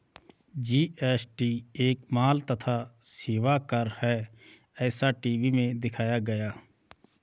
GST एक माल तथा सेवा कर है ऐसा टी.वी में दिखाया गया